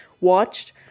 watched